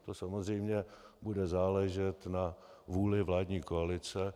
To samozřejmě bude záležet na vůli vládní koalice.